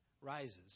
rises